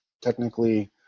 technically